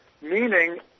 meaning